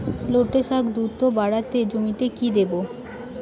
লটে শাখ দ্রুত বাড়াতে জমিতে কি দেবো?